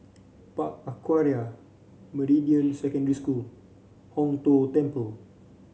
Park Aquaria Meridian Secondary School Hong Tho Temple